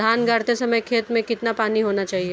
धान गाड़ते समय खेत में कितना पानी होना चाहिए?